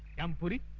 yampuri!